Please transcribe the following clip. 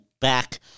back